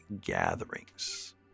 gatherings